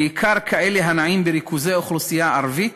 בעיקר קווים הנעים בריכוזי אוכלוסייה ערבית